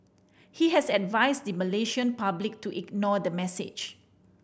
he has advised the Malaysian public to ignore the message